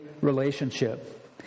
relationship